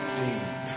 deep